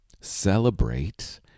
celebrate